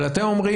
אבל אתם אומרים,